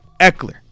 Eckler